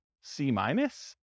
C-minus